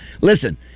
Listen